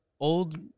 Old